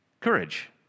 courage